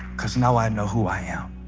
cuz now i know who i am